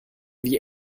wie